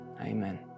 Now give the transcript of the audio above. amen